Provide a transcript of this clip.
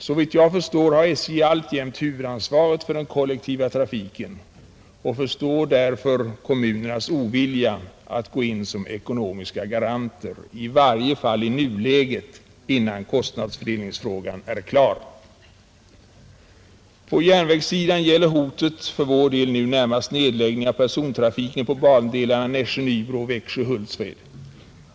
Såvitt jag förstår har SJ alltjämt huvudansvaret för den kollektiva trafiken. Jag förstår därför kommunernas ovilja mot att gå in som ekonomiska garanter, i varje fall i nuläget, innan kostnadsfördelningsfrågan blivit klarlagd. På järnvägssidan gäller hotet för vår del närmast nedläggning av persontrafiken på bandelarna Nässjö-Nybro och Växjö-Hultsfred.